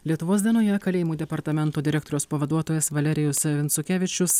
lietuvos dienoje kalėjimų departamento direktoriaus pavaduotojas valerijus savincukevičius